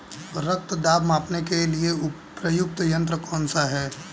रक्त दाब मापने के लिए प्रयुक्त यंत्र कौन सा है?